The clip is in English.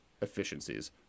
efficiencies